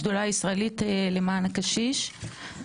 מהשדולה הישראלית למען הקשיש.